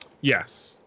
Yes